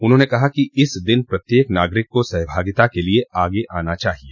उन्होंने कहा कि इस दिन प्रत्येक नागरिक को सहभागिता के लिए आगे आना चाहिए